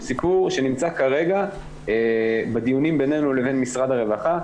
הוא סיפור שנמצא כרגע בדיונים בינינו לבין משרד הרווחה,